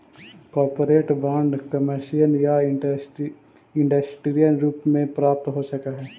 corporate bond commercial या industrial रूप में प्राप्त हो सकऽ हई